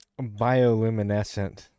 bioluminescent